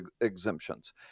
exemptions